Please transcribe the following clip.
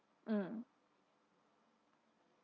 mm